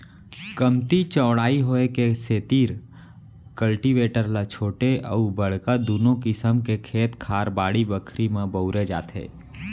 कमती चौड़ाई होय के सेतिर कल्टीवेटर ल छोटे अउ बड़का दुनों किसम के खेत खार, बाड़ी बखरी म बउरे जाथे